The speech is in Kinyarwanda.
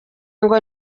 ngo